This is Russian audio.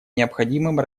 необходимым